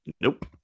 Nope